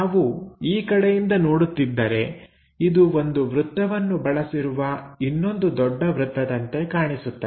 ನಾವು ಈ ಕಡೆಯಿಂದ ನೋಡುತ್ತಿದ್ದರೆ ಇದು ಒಂದು ವೃತ್ತವನ್ನು ಬಳಸಿರುವ ಇನ್ನೊಂದು ದೊಡ್ಡ ವೃತ್ತದಂತೆ ಕಾಣಿಸುತ್ತದೆ